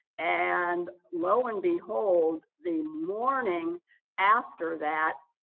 and lo and behold, the morning after that,